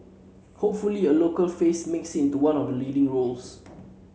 hopefully a local face makes into one of the leading roles